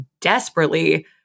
desperately